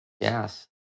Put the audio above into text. Yes